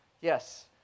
Yes